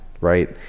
right